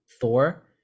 Thor